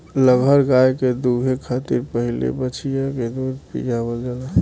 लगहर गाय के दूहे खातिर पहिले बछिया के दूध पियावल जाला